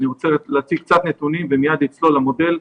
אני רוצה להציג קצת נתונים ומיד לצלול למודל,